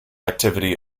activity